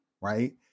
Right